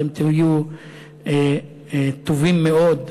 אתם תהיו טובים מאוד,